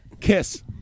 Kiss